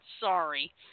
Sorry